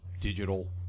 digital